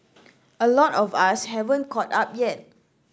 a lot of us haven't caught up yet